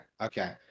okay